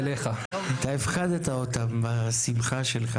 כדי לחשב את אחוז האנרגיה המתחדשת מסך